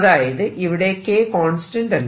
അതായത് ഇവിടെ K constant അല്ല